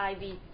IV